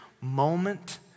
moment